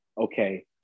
okay